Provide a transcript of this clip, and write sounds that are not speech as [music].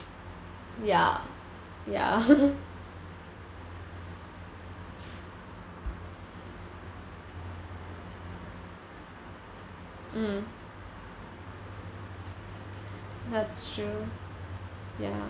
ya ya [laughs] mm that's true ya